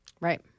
Right